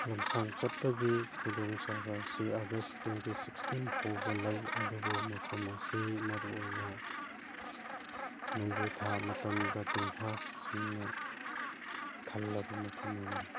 ꯂꯝꯁꯥꯡ ꯆꯠꯄꯒꯤ ꯈꯨꯗꯣꯡ ꯆꯥꯕ ꯑꯁꯤ ꯑꯥꯒꯁ ꯇ꯭ꯋꯦꯟꯇꯤ ꯁꯤꯛꯁꯇꯤꯟ ꯐꯥꯎꯕ ꯂꯩ ꯑꯗꯨꯕꯨ ꯃꯐꯝ ꯑꯁꯤ ꯃꯔꯨ ꯑꯣꯏꯅ ꯅꯣꯡꯖꯨꯊꯥ ꯃꯇꯝꯗ ꯇꯤꯝꯐꯥꯁꯤꯡꯅ ꯊꯜꯂꯕ ꯃꯐꯝ ꯑꯃꯅꯤ